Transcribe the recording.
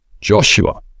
Joshua